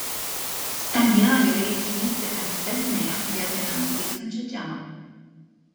tą dieną galėjai išvysti ankstesniąją vietoj nenustygstančią džemą